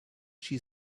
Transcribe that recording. she